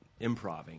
Improving